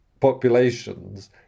populations